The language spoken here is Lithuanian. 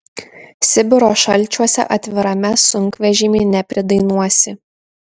sibiro šalčiuose atvirame sunkvežimy nepridainuosi